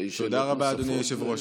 תודה רבה, אדוני היושב-ראש.